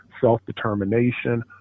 self-determination